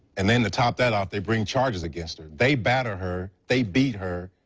and then to top that off they bring charges against her. they batter her, they beat her,